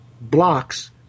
blocks